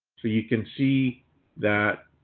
so you can see that,